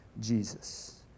Jesus